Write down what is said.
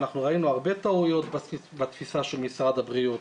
אנחנו ראינו הרבה טעויות בתפיסה של משרד הבריאות.